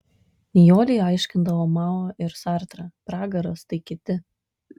nijolei aiškindavo mao ir sartrą pragaras tai kiti